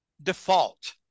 default